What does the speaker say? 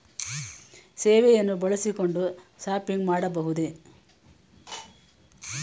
ಸೇವೆಯನ್ನು ಬಳಸಿಕೊಂಡು ಶಾಪಿಂಗ್ ಮಾಡಬಹುದೇ?